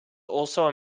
also